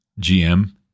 GM